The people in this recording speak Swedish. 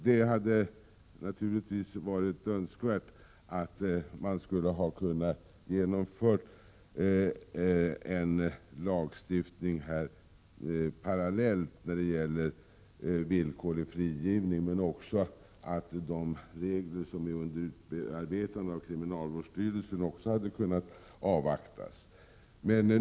Det hade naturligtvis varit önskvärt att man hade kunnat genomföra en lagstiftning i denna fråga parallellt med lagen om villkorlig frigivning men också att de regler som är under utarbetande av kriminalvårdsstyrelsen hade kunnat avvaktas.